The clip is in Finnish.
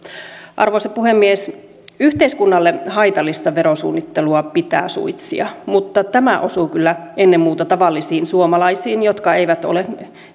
arvoisa puhemies yhteiskunnalle haitallista verosuunnittelua pitää suitsia mutta tämä osuu kyllä ennen muuta tavallisiin suomalaisiin jotka eivät ole